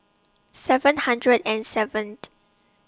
seven hundred and seven